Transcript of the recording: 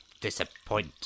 disappoint